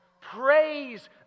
praise